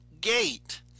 gate